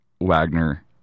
Wagner